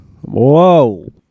Whoa